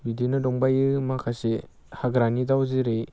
बिदिनो दंबावो माखासे हाग्रानि दाउ जेरै